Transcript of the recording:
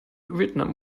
vietnam